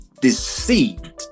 deceived